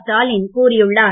ஸ்டாலின் கூறியுள்ளார்